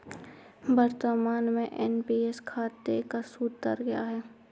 वर्तमान में एन.पी.एस खाते का सूद दर क्या है?